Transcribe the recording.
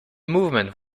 movement